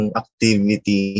activity